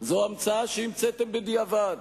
זו המצאה שהמצאתם בדיעבד